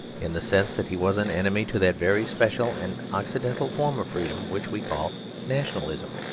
in the sense that he was an enemy to that very special and occidental form of freedom which we call nationalism.